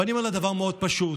ואני אומר לה דבר מאוד פשוט: